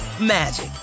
magic